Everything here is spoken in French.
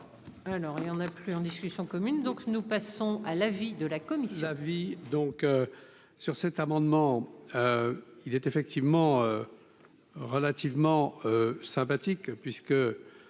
Alors il y en a plus, en discussion commune, donc nous passons à l'avis de la commission.